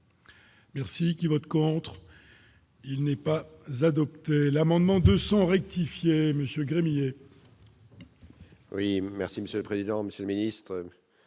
Merci qui vote contre. Il n'est pas adopté l'amendement 200 rectifier monsieur Gremillet. Oui, merci Monsieur le président, Monsieur le Ministre,